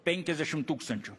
penkiasdešim tūkstančių